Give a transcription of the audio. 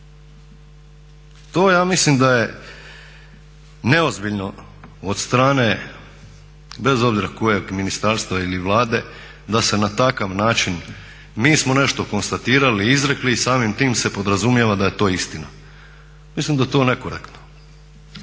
To ja mislim da je neozbiljno od strane bez obzira kojeg ministarstva ili Vlade da se na takav način, mi smo nešto konstatirali, izrekli i samim tim se podrazumijeva da je to istina. Mislim da je to nekorektno.